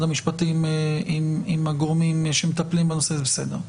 המשפטים עם הגורמים שמטפלים בנושא זה בסדר.